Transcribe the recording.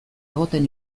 egoten